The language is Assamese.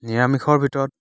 নিৰামিষৰ ভিতৰত